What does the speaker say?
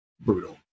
brutal